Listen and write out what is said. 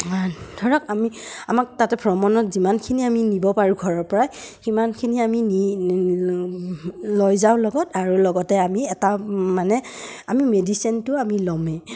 ধৰক আমি আমাক তাতে ভ্ৰমণত যিমানখিনি আমি নিব পাৰোঁ ঘৰৰ পৰাই সিমানখিনি আমি নি লৈ যাওঁ লগত আৰু লগতে আমি এটা মানে আমি মেডিচিনটো আমি ল'মেই